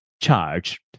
charged